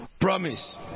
promise